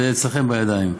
זה אצלכם בידיים.